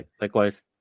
likewise